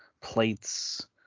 plates